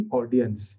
audience